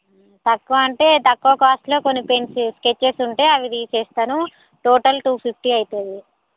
తక్కువ అంటే తక్కువ కాస్ట్లో కొన్నిపెన్సిల్ స్కెచ్చెస్ ఉంటాయి అవి తీస్తాను టోటల్ టూ ఫిఫ్టీ అవుతుంది